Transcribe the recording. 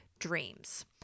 Dreams